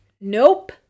Nope